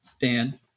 Dan